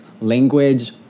language